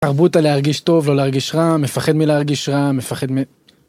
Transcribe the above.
תרבות הלהרגיש טוב, לא להרגיש רע, מפחד מלהרגיש רע, מפחד מ...